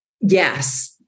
Yes